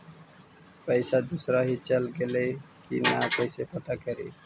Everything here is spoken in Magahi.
पैसा दुसरा ही चल गेलै की न कैसे पता करि?